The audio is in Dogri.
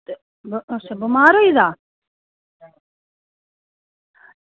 ते अच्छा बमार होई गेदा